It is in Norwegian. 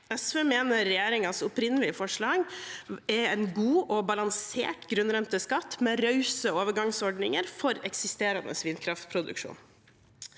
SV mener regjeringens opprinnelige forslag er en god og balansert grunn renteskatt, med rause overgangsordninger for eksisterende vindkraftproduksjon.